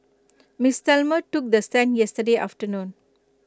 miss Thelma took the stand yesterday afternoon